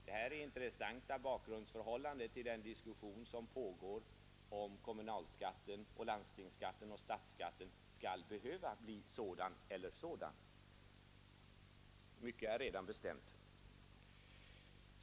Det här är intressanta bakgrundsförhållanden till den diskussion som pågår huruvida kommunalskatten, landstingsskatten och statsskatten skall behöva bli sådan eller sådan. Mycket är redan bestämt.